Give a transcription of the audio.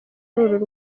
uru